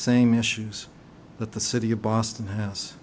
same issues that the city of boston house